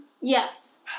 Yes